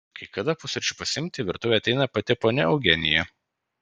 kai kada pusryčių pasiimti į virtuvę ateina pati ponia eugenija